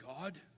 God